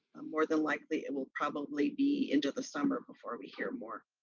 more than likely it will probably be into the summer before we hear more.